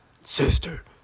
Sister